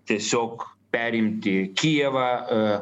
tiesiog perimti kijevą